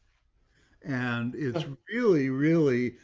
and it's really, really,